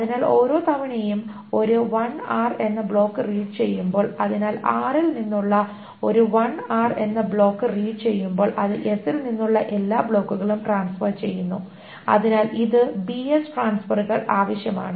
അതിനാൽ ഓരോ തവണയും ഒരു lr എന്ന ബ്ലോക്ക് റീഡ് ചെയ്യുമ്പോൾ അതിനാൽ r ൽ നിന്നുള്ള ഒരു lr എന്ന ബ്ലോക്ക് റീഡ് ചെയ്യുമ്പോൾ അത് s ൽ നിന്നുള്ള എല്ലാ ബ്ലോക്കുകളും ട്രാൻസ്ഫർ ചെയ്യുന്നു അതിനാൽ ഇതിന് bs ട്രാൻസ്ഫറുകൾ ആവശ്യമാണ്